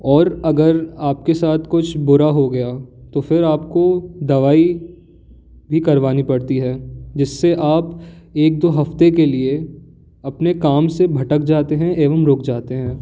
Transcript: और अगर आपके साथ कुछ बुरा हो गया तो फिर आपको दवाई भी करवानी पड़ती है जिससे आप एक दो हफ़्ते के लिए अपने काम से भटक जाते हैं एवं रुक जाते हैं